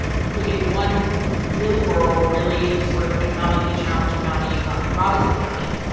including one really rural, really sort of economically challenged county um robeson county.